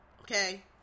okay